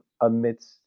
amidst